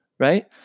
right